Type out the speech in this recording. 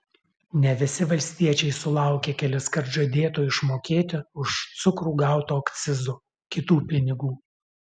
ne visi valstiečiai sulaukė keliskart žadėto išmokėti už cukrų gauto akcizo kitų pinigų